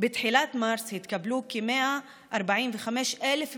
בתחילת מרץ התקבלו כ-145,000 פניות.